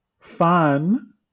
Fun